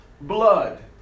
blood